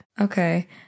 Okay